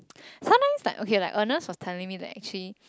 sometimes like okay like Ernest was telling me that actually